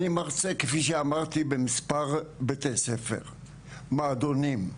אני מרצה, כפי שאמרתי, במספר בתי ספר, מועדונים,